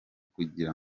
kugira